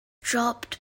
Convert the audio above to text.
dropped